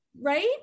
right